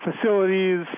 Facilities